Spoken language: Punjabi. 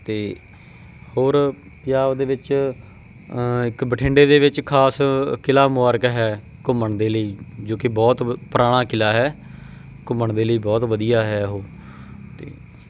ਅਤੇ ਹੋਰ ਪੰਜਾਬ ਦੇ ਵਿੱਚ ਇੱਕ ਬਠਿੰਡੇ ਦੇ ਵਿੱਚ ਖਾਸ ਕਿਲਾ ਮੁਬਾਰਕ ਹੈ ਘੁੰਮਣ ਦੇ ਲਈ ਜੋ ਕਿ ਬਹੁਤ ਪੁਰਾਣਾ ਕਿਲਾ ਹੈ ਘੁੰਮਣ ਦੇ ਲਈ ਬਹੁਤ ਵਧੀਆ ਹੈ ਉਹ ਅਤੇ